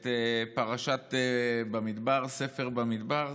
את פרשת במדבר, ספר במדבר.